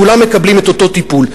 כולם מקבלים את אותו טיפול,